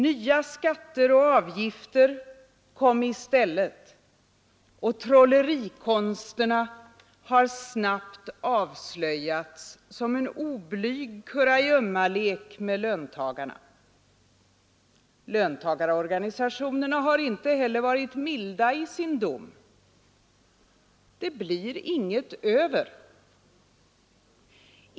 Nya skatter och avgifter kom i stället, och trollerikonsten har snabbt avslöjats som en oblyg kurragömmalek med löntagarna. Löntagarorganisationerna har inte heller varit milda i sin dom. Det blir inget över.